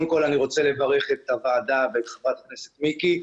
אני רוצה לברך את הוועדה ואת חברת הכנסת מיקי.